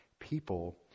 people